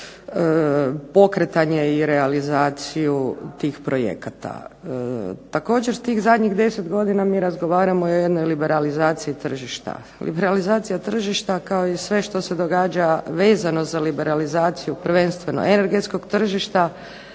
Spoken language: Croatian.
pokretanje i realizaciju tih projekata. Također, tih zadnjih deset godina mi razgovaramo o jednoj liberalizaciji tržišta. Liberalizacija tržišta kao i sve što se događa vezano za liberalizaciju prvenstveno energetskog tržišta